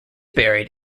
buried